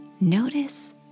notice